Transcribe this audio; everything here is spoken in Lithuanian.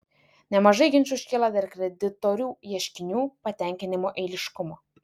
nemažai ginčų iškyla dėl kreditorių ieškinių patenkinimo eiliškumo